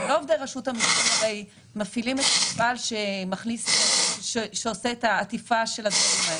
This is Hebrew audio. לא עובדי רשות המיסים מפעילים את המפעל שעושה את העטיפה של הדברים האלה.